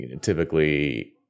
typically